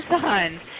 son